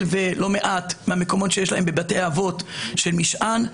ולא מעט מהמקומות שיש להם בבתי אבות של משען.